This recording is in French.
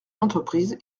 l’entreprise